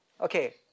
Okay